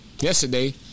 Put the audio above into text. Yesterday